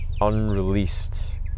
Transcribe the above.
unreleased